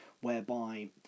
whereby